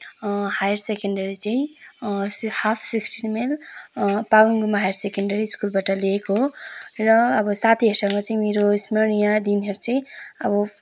higher secondary चाहिँ half sixteen mile Pagangumba higher secondary स्कुलबाट लिएको हो र अब साथीहरूसँग चाहिँ मेरो स्मरणीय दिनहरू चाहिँ अब